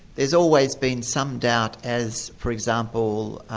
there's always been some doubt as, for example,